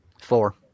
Four